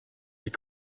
des